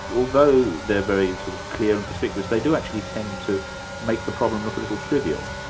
although they are very sort of clear and conspicuous, they do actually tend to make the problem look a little trivial.